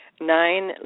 nine